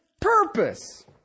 purpose